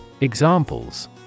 Examples